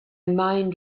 mind